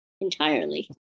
entirely